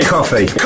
Coffee